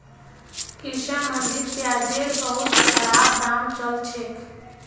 कृषि मंडीत प्याजेर बहुत खराब दाम चल छेक